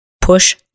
push